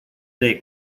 date